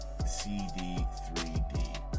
CD3D